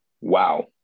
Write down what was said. Wow